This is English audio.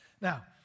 Now